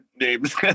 names